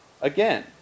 Again